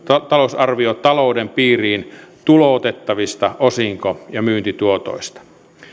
talousarviotalouden piiriin tuloutettavista osinko ja myyntituotoista